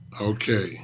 okay